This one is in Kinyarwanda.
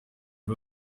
ibi